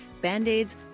band-aids